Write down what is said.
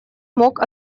мог